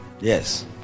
Yes